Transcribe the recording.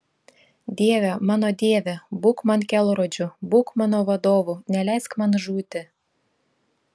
dieve mano dieve būk man kelrodžiu būk mano vadovu neleisk man žūti